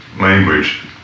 language